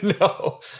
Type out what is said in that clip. No